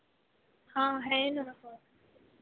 हाँ है ना